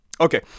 okay